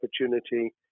opportunity